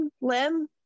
Lynn